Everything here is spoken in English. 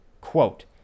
quote